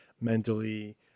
mentally